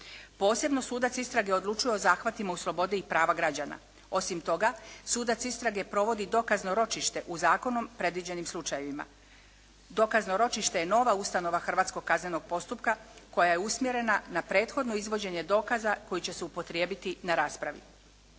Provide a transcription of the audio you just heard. Posebno sudac istrage odlučuje o zahvatima u slobode i prava građana. Osim toga, sudac istrage provodi dokazno ročište u zakonom predviđenim slučajevima. Dokazno ročište je nova ustanova hrvatskog kaznenog postupka koja je usmjerena ne prethodno izvođenje dokaza koji će se upotrijebiti na raspravi.